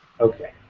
Okay